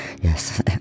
Yes